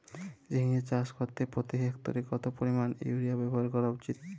ঝিঙে চাষ করতে প্রতি হেক্টরে কত পরিমান ইউরিয়া ব্যবহার করা উচিৎ?